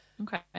Okay